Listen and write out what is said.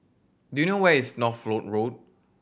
do you know where is Northolt Road